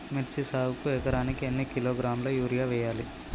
మిర్చి సాగుకు ఎకరానికి ఎన్ని కిలోగ్రాముల యూరియా వేయాలి?